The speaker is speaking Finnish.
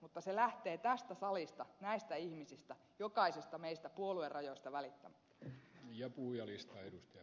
mutta se lähtee tästä salista näistä ihmisistä jokaisesta meistä puoluerajoista välittämättä